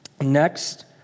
Next